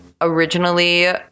originally